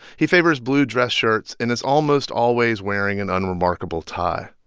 he favors blue dress shirts and is almost always wearing an unremarkable tie.